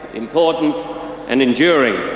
important and enduring.